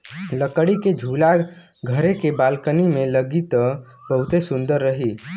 लकड़ी के झूला घरे के बालकनी में लागी त बहुते सुंदर रही